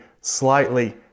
slightly